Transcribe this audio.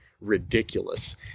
ridiculous